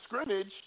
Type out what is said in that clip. scrimmage